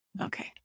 Okay